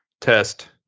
test